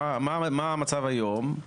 מה המצב היום?